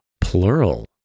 plural